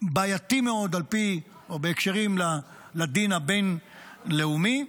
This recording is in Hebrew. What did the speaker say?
בעייתי מאוד בהקשרים לדין הבין-לאומי,